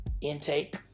intake